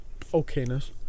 okayness